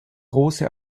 große